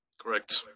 Correct